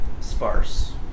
sparse